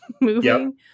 moving